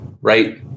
right